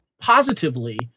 positively